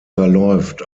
verläuft